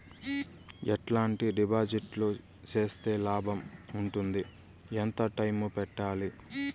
ఎట్లాంటి డిపాజిట్లు సేస్తే లాభం ఉంటుంది? ఎంత టైము పెట్టాలి?